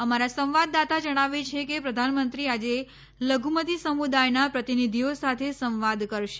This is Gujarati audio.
આમારા સંવાદદાતા જણાવે છે કે પ્રધાનમંત્રી આજે લધુમત્તી સમુદાયનાં પ્રતિનિધીઓ સાથે સંવાદ કરશે